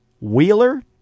Wheeler